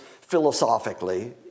philosophically